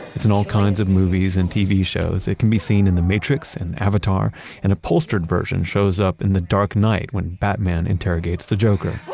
it's in all kinds of movies and tv shows. it can be seen in the matrix and avatar an upholstered version shows up in the dark knight when batman interrogates the joker